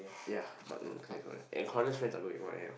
ya but no Claire correct and Claudia's friends are going what the hell